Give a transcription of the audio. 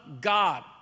God